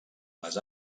les